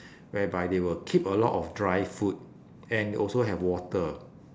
whereby they will keep a lot of dry food and also have water